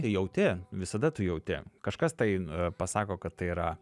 jauti visada tu jauti kažkas tai pasako kad tai yra